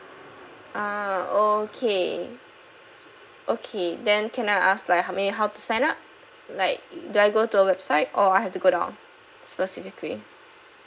ah okay okay then can I ask like maybe how to sign up like do I go to a website or I have to go down specifically